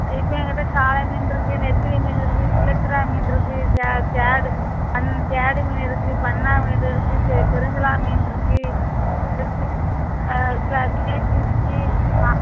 இப்போ எங்ககிட்ட சால மீன் இருக்குது நெத்திலி மீன் இருக்குது பிள்ளை சுறா மீனிருக்கு ச சேடு பன் சேடு மீன் இருக்குது பன்னா மீன் இருக்குது பெ பெருஞ்சிலா மீன்ருக்குது இருக்குது சி சிலேப்பி இருக்குது ப